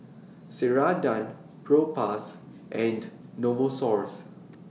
Ceradan Propass and Novosource